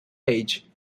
age